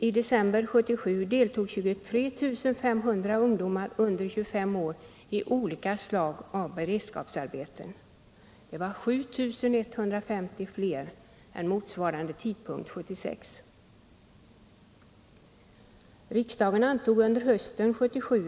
I december 1977 deltog ca 23 500 ungdomar under 25 år i olika slags beredskapsarbeten. Det var ca 7150 fler än vid motsvarande tidpunkt 1976.